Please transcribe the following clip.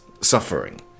suffering